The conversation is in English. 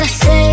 say